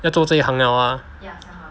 要做这行了 mah